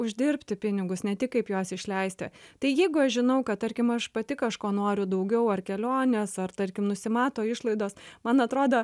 uždirbti pinigus ne tik kaip juos išleisti tai jeigu aš žinau kad tarkim aš pati kažko noriu daugiau ar kelionės ar tarkim nusimato išlaidos man atrodo